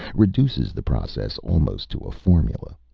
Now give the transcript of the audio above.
reduces the process almost to a formula.